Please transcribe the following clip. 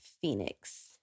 Phoenix